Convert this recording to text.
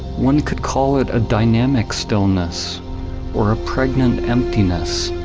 one could call it a dynamic stillness or a pregnant emptiness,